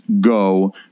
go